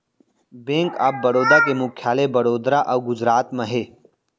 bank of Baroda के मुख्यालय बड़ोदरा अउ गुजरात म हे